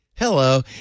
hello